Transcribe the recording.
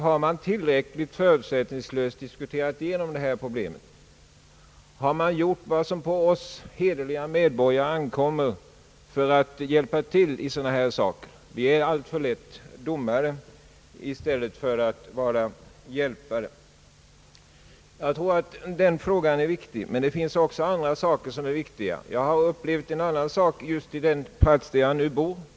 Har vi tillräckligt förutsättningslöst diskuterat igenom dessa problem? Har vi gjort vad som på oss hederliga medborgare ankommer för att hjälpa till i sådana här saker? Vi är alltför lätt domare i stället för att vara hjälpare. Jag tror att denna fråga är viktig, men det finns också andra frågor som är viktiga. Jag har upplevt en annan sak på den plats där jag nu bor.